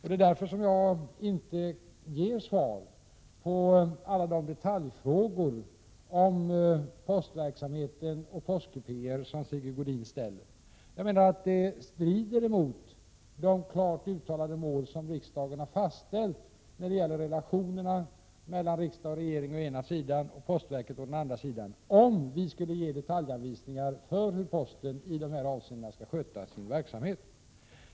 Det är därför som jag inte ger svar på alla detaljfrågor om postverket och postkupéer som Sigge Godin ställer. Det strider emot de klart angivna mål som riksdagen har fastställt när det gäller relationerna mellan riksdag och regering, å ena sidan, och postverket, å andra sidan, om vi skulle ge detaljanvisningar för hur posten i de här avseendena skall sköta sin verksamhet.